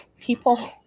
people